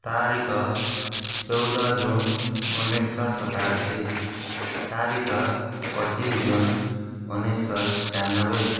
ତାରିଖ ଚଉଦ ଜୁନ୍ ଉଣେଇଶହ ସତାଅଶୀ ତାରିଖ ପଚିଶି ଜୁନ୍ ଉଣେଇଶହ ଛୟାନବେ